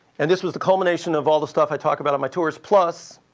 and this was the culmination of all the stuff i talk about on my tours, plus